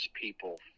people